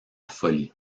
folie